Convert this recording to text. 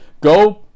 go